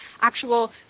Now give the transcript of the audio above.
actual